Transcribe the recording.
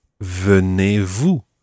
venez-vous